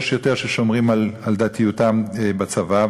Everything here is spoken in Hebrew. יש יותר ששומרים על דתיותם בצבא,